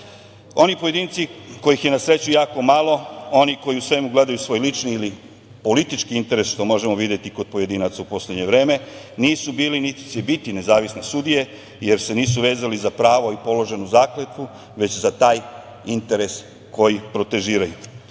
koji pojedinci kojih je na sreću jako malo, oni koji u svemu gledaju svoj lični ili politički interes što možemo videti kod pojedinaca u poslednje vreme, nisu bili niti će biti nezavisne sudije, jer se nisu vezali za pravo i položenu zakletvu, već za taj interes koji protežiraju. Mi